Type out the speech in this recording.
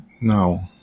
no